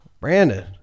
Brandon